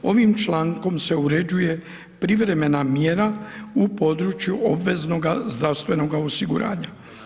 Ovim člankom se uređuje privremena mjera u području obveznoga zdravstvenoga osiguranja.